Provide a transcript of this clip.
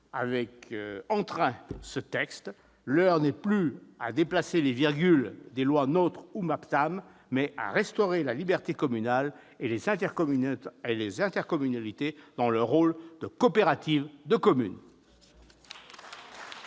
avec entrain. L'heure est non plus à déplacer les virgules des lois NOTRe ou MAPTAM, mais à restaurer la liberté communale et les intercommunalités dans leur rôle de coopératives de communes.